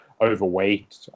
overweight